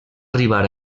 arribar